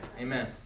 Amen